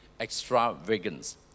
extravagance